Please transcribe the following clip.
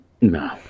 No